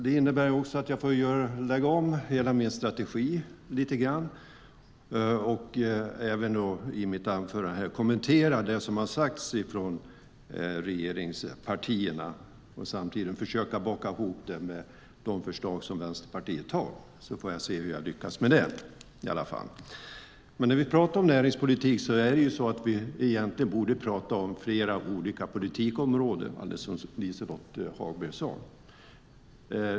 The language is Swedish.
Det innebär också att jag lite grann får lägga om hela min strategi och i mitt anförande, kommentera lite av det som har sagts från regeringspartierna och samtidigt försöka att baka ihop det med de förslag som Vänsterpartiet har. Jag får se hur jag lyckas med det. När vi talar om näringspolitik borde vi egentligen tala om flera olika politikområden, alldeles som Liselott Hagberg sade.